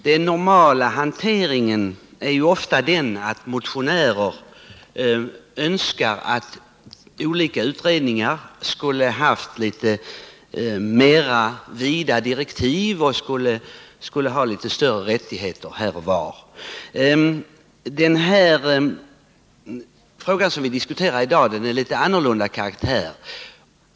Det normala är att motionärer önskar att skilda utredningar skulle ha haft mer vida direktiv och litet större rättigheter i olika avseenden. Den fråga som vi diskuterar i dag har en något annorlunda karaktär.